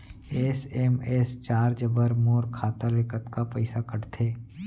SMS charge बर मोर खाता ले कतका पइसा कटथे?